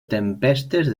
tempestes